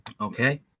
Okay